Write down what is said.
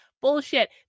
Bullshit